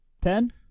ten